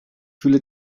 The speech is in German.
fülle